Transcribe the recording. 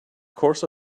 course